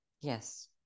Yes